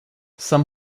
some